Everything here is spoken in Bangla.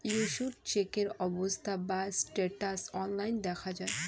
ইস্যুড চেকের অবস্থা বা স্ট্যাটাস অনলাইন দেখা যায়